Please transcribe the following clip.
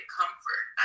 comfort